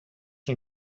nie